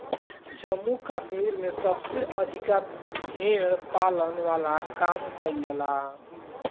जम्मू कश्मीर में सबसे अधिका भेड़ पालन वाला काम कईल जाला